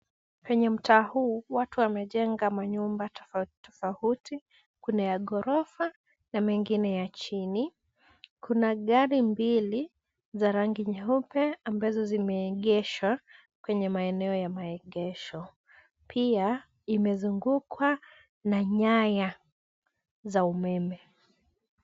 Kwenye mtaa huu, watu wamejenga manyumba tofauti tofauti, kuna ya ghorofa na mengine ya chini. Kuna gari mbili za rangi nyeupe ambazo zimeegeshwa kwenye maeneo ya maegesho. Pia imezungukwa na nyaya za umeme.